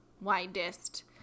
widest